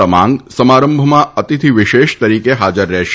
તમાંગ સમારંભમાં અતિથી વિશેષ તરીકે હાજર રહેશે